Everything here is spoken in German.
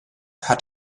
hat